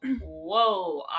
Whoa